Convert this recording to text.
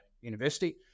university